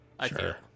sure